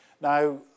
Now